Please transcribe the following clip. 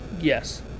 Yes